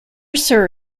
sir